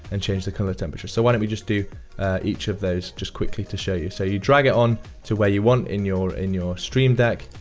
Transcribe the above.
and change the color temperature. so, why don't we just do each of those just quickly to show you. so, you drag it on to where you want in your in your stream deck.